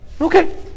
Okay